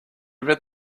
read